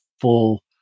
full